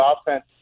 offense